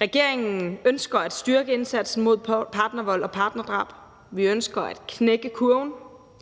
Regeringen ønsker at styrke indsatsen mod partnervold og partnerdrab. Vi ønsker at knække kurven.